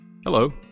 Hello